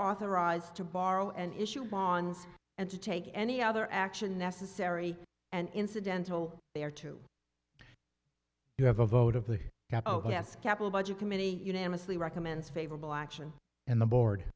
authorized to borrow and issue bonds and to take any other action necessary and incidental they are to you have a vote of the u s capitol budget committee unanimously recommends favorable action and the board